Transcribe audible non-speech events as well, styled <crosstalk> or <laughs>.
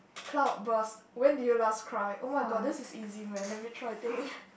cloud burst when did you last cry oh my god this is easy man let me try to think <laughs>